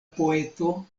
poeto